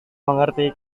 mengerti